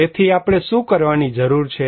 તેથી આપણે શું કરવાની જરૂર છે